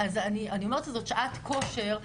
אז אני אומרת שזו שעת כושר,